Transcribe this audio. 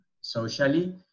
socially